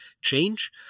change